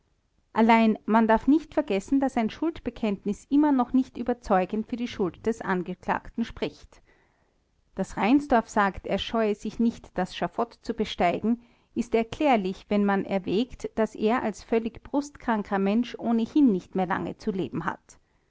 allein man darf nicht vergessen daß ein schuldbekenntnis immer noch nicht überzeugend für die schuld des angeklagten spricht daß reinsdorf sagt er scheue sich nicht das schafott zu besteigen ist erklärlich wenn man erwägt daß er als völlig brustkranker mensch ohnehin nicht mehr lange zu leben hat